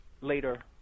later